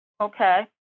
Okay